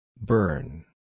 Burn